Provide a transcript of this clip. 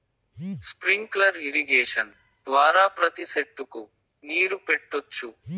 sprinkler irrigation ద్వారా ప్రతి సెట్టుకు నీరు పెట్టొచ్చు